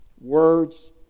words